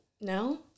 no